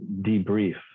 debrief